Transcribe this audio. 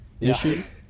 issues